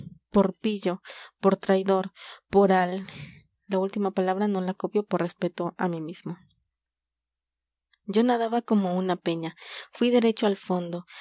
pillo por traidor por al la última palabra no la copio por respeto a mí mismo yo nadaba como una peña fui derecho al fondo